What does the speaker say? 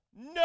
No